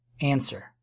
Answer